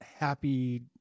happy